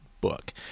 book